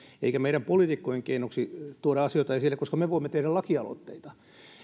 eikä meidän poliitikkojen keinoksi tuoda asioita esille koska me voimme tehdä lakialoitteita